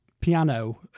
piano